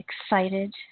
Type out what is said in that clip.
Excited